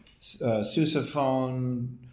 sousaphone